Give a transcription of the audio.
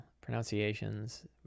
pronunciations